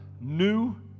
new